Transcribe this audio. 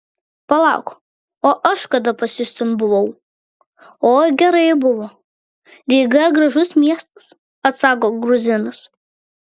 palauk o aš kada pas jus ten buvau oi gerai buvo ryga gražus miestas atsako gruzinas